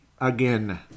again